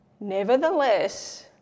nevertheless